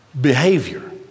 behavior